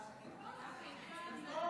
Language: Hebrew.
היא פה.